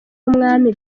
w’umwami